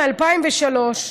מ-2003,